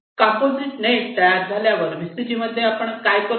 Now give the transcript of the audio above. composite net तयार झाल्यावर VCG मध्ये आपण काय करतो